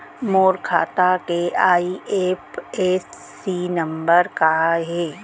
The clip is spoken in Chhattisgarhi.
मोर खाता के आई.एफ.एस.सी नम्बर का हे?